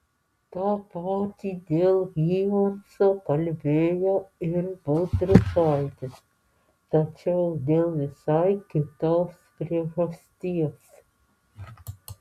tą patį dėl hymanso kalbėjo ir baltrušaitis tačiau dėl visai kitos priežasties